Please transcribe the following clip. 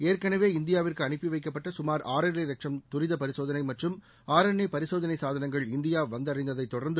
ஏற்கனவே இந்தியாவிற்கு அனுப்பி வைக்கப்பட்ட சுமார் ஆறரை லட்சம் துரித பரிசோதனை மற்றும் ஆர்என்ஏ பரிசோதனை சாதனங்கள் இந்தியா வந்தடைந்ததை தொடர்ந்து